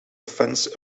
offense